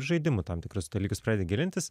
žaidimų tam tikrus dalykus pradedi gilintis